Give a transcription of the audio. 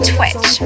Twitch